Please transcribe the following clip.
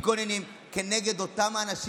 אנחנו רק מתגוננים כנגד אותם האנשים